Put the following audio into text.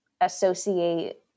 associate